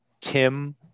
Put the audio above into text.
Tim